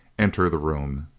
enter the room.